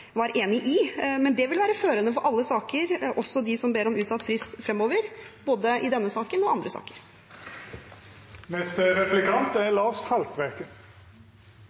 var enig i, men det vil være førende for alle saker, også for dem som ber om utsatt frist fremover, både i denne saken og i andre saker.